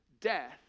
Death